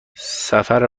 سفر